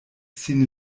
sin